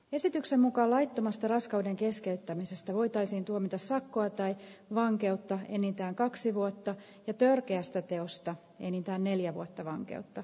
esityksen mukaan laittomasta raskauden keskeyttämisestä voitaisiin tuomita sakkoa tai vankeutta enintään kaksi vuotta ja törkeästä teosta enintään neljä vuotta vankeutta